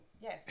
Yes